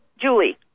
Julie